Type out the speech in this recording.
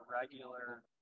regular